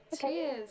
Cheers